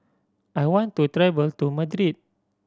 I want to travel to Madrid